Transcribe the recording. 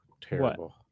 terrible